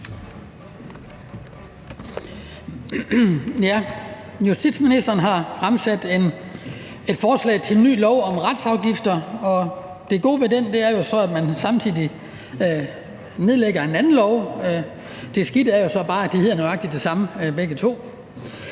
Justitsministeren har fremsat et forslag til en ny lov om retsafgifter, og det gode ved det er jo, at man så samtidig ophæver en anden lov. Det er så bare skidt, at de begge to hedder nøjagtig det samme.